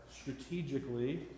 strategically